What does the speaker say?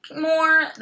more